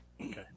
okay